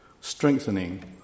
strengthening